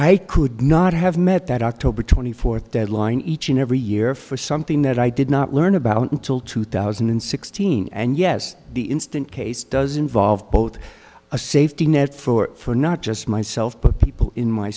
i could not have met that october twenty fourth deadline each and every year for something that i did not learn about until two thousand and sixteen and yes the instant case does involve both a safety net for not just myself but people in my